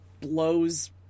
blows